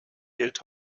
gilt